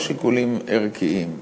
אלה לא שיקולים ערכיים.